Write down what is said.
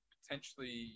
Potentially